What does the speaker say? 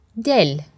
Del